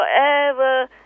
forever